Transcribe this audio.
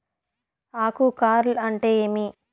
ఆకు కార్ల్ అంటే ఏమి?